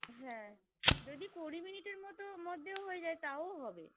হ্যাঁ যদি কুড়ি মিনিটের মতো মধ্যেও হয়ে যায় তাও হবে